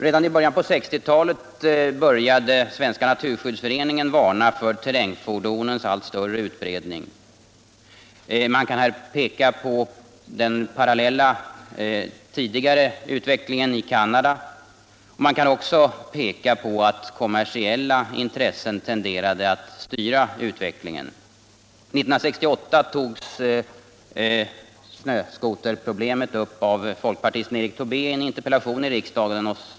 Redan i början på 1960-talet varnade Svenska naturskyddsföreningen för terrängfordonens allt större utbredning. Man kan här peka på den tidigare utvecklingen i Canada. Kommersiella intressen tenderade att styra utvecklingen. År 1968 togs problemet upp av folkpartisten Erik Tobé i en interpellation i riksdagen.